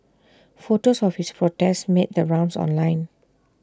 photos of his protest made the rounds online